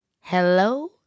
Hello